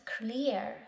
clear